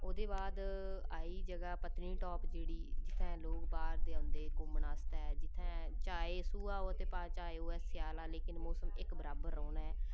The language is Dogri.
ओह्दे बाद आई जगह् पत्नीटॉप दी जेह्ड़ी जित्थें लोक बाह्र दे औंदे घूमन आस्तै जित्थें चाहे सोहा होए भाएं होए स्याला लेकिन मौसम इक बराबर रौंह्ना ऐ